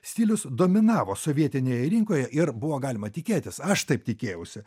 stilius dominavo sovietinėje rinkoje ir buvo galima tikėtis aš taip tikėjausi